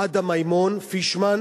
עדה מימון (פישמן)